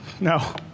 No